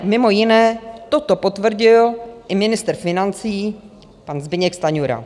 Mimo jiné toto potvrdil i ministr financí pan Zbyněk Stanjura.